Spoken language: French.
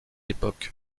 époque